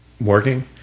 working